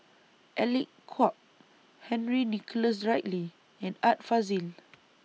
Alec Kuok Henry Nicholas Ridley and Art Fazil